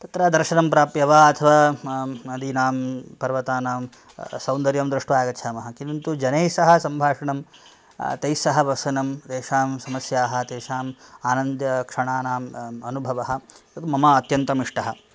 तत्र दर्शनं प्राप्य वा अथवा नदीनां पर्वतानां सौन्दर्यं दृष्ट्वा आगच्छामः किन्तु जनैः सह सम्भाषणं तैः सह वसनं तेषां समस्याः तेषाम् आ आनन्दक्षणानाम् अनुभवः तत् मम अत्यन्तम् इष्टः